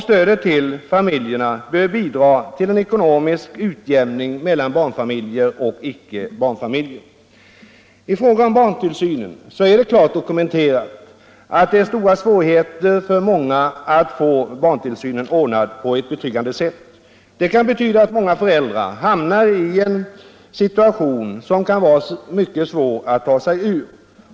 Stödet till barnfamiljerna bör bidra till ekonomisk utjämning mellan barnfamiljer och icke barnfamiljer. I fråga om barntillsyn är det klart dokumenterat att det är stora svårigheter för många att få denna tillsyn ordnad på helt betryggande sätt. Det kan betyda att många föräldrar hamnar i en situation som kan vara mycket svår att ta sig ur.